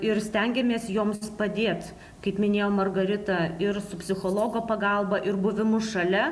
ir stengiamės joms padėt kaip minėjo margarita ir su psichologo pagalba ir buvimu šalia